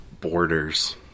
borders